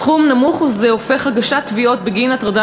סכום נמוך זה הופך הגשת תביעות בגין הטרדה